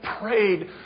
prayed